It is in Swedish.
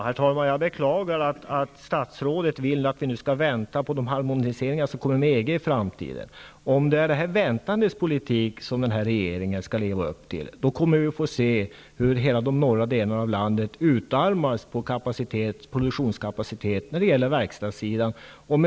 Herr talman! Jag beklagar att statsrådet vill att man skall vänta på de harmoniseringar som ett framtida EG-medlemskap kommer att innebära. Om den här regeringen skall driva detta väntandets politik, kommer hela de norra delarna av landet att utarmas på produktionskapacitet när det gäller verkstadsindustrin.